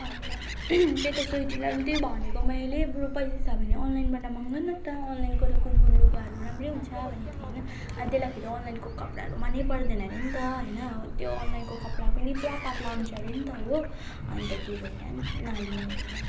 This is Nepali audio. अनि त त्यही त स्विटीलाई नि त्यही भनेको मैले बरु पैसा छ भने अनलाइनबाट मगा न त अनलाइनको त कुन कुन लुगाहरू राम्रै हुन्छ भने थिएँ हैन अनि त्यसलाई फेरि अनलाइनको कपडाहरू मनै पर्दैन अरे नि त हैन त्यो अनलाइनको कपडा पनि पुरा पातला हुन्छ अरे नि त हो अनि त त्यही भएर नि नलिने अरे